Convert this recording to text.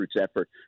effort